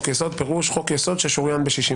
יסוד" מתייחסת לחוק יסוד ששוריין ב-61.